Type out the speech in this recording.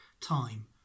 time